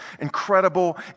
incredible